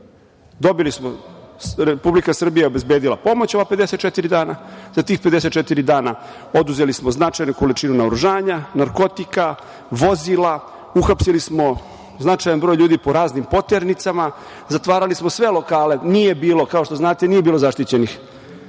to je jasno. Republika Srbija je obezbedila pomoć u ova 54 dana. Za tih 54 dana oduzeli smo značajnu količinu naoružanja, narkotika, vozila, uhapsili smo značajan broj ljudi po raznim poternicama, zatvarali smo sve lokale, kao što znate, nije bilo zaštićenih.